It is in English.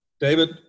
David